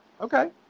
Okay